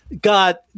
got